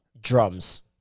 drums